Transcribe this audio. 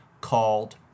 called